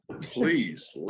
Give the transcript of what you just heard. please